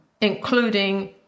including